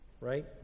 right